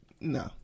No